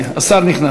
נכנס, הנה, השר נכנס.